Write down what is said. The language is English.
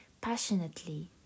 passionately